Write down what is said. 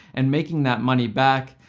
and making that money back,